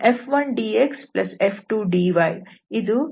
n ds